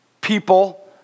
people